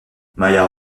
maya